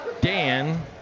Dan